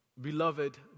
Beloved